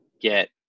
get